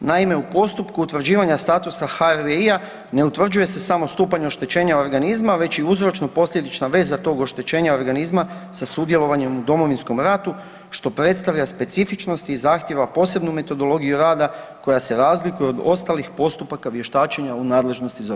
Naime, u postupku utvrđivanja statusa HRVI-a ne utvrđuje se samo stupanj oštećenja organizma, već i uzročno-posljedična veza tog oštećenja organizma sa sudjelovanjem u Domovinskom ratu, što predstavlja specifičnosti i zahtijeva posebnu metodologiju rada koja se razlikuje od ostalih postupaka vještačenja u nadležnosti ZOSI-a.